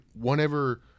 whenever